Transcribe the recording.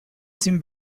seemed